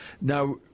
now